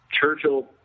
Churchill